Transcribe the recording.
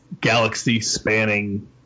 galaxy-spanning